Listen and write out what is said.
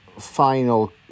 final